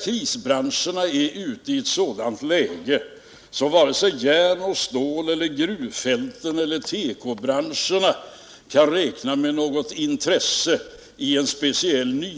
Krisbranscherna är i ett sådant läge att varken järn-, stål-, gruv eller tekobranschen kan räkna med något intresse vid ett